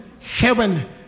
heaven